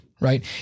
right